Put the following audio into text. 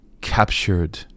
captured